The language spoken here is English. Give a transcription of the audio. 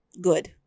good